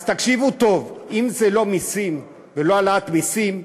אז תקשיבו טוב, אם זה לא מסים ולא העלאת מסים,